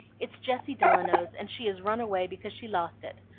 it's jessie delano's, and she has run away because she lost it.